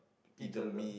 each other